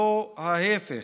לא ההפך.